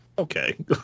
Okay